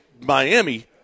Miami